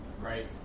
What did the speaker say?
Right